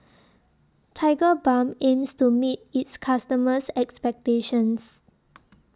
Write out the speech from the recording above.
Tigerbalm aims to meet its customers' expectations